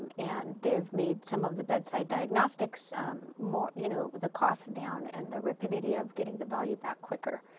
and they've made some of the bedside diagnostics more, you know, the cost down and the rapidity of getting the volume back quicker.